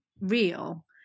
real